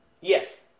Yes